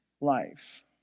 life